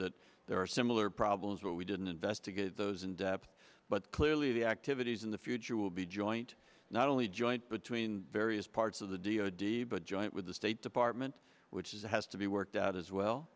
that there are similar problems but we didn't investigate those and but clearly the activities in the future will be joint not only joint between various parts of the d o d but joint with the state department which has to be worked out as well